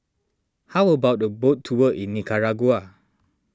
how about a boat tour in Nicaragua